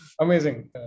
amazing